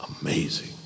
amazing